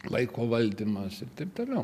laiko valdymas ir taip toliau